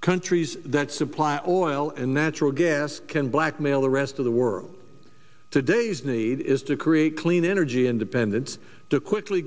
countries that supply of oil and natural gas can blackmail the rest of the world today's need is to create clean energy independent to quickly